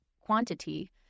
quantity